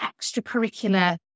extracurricular